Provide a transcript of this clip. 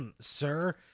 sir